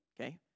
okay